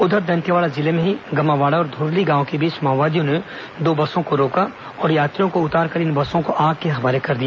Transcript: उधर दंतेवाड़ा जिले में ही गमावाड़ा और धुरली गांव के बीच माओवादियों ने दो बसों को रोका और यात्रियों को उताकर इन बसों को आग के हवाले कर दिया